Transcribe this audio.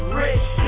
rich